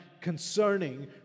concerning